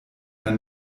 ein